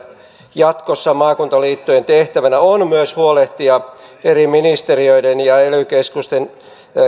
jatkossa maakuntaliittojen tehtävänä on myös huolehtia eri ministeriöiden ja ely keskusten